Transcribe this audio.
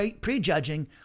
prejudging